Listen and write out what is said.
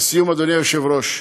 לסיום, אדוני היושב-ראש,